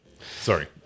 Sorry